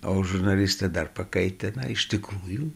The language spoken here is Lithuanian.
o žurnalistai dar pakaitina iš tikrųjų